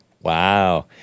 Wow